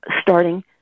starting